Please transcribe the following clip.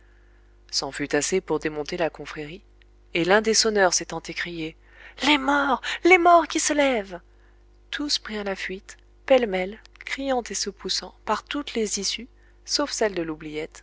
c'en fut assez pour démonter la confrérie et l'un des sonneurs s'étant écrié les morts les morts qui se lèvent tous prirent la fuite pêle-mêle criant et se poussant par toutes les issues sauf celle de l'oubliette